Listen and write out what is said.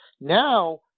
Now